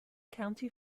country